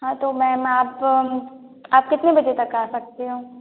हाँ तो मैम आप आप कितने बजे तक आ सकते हो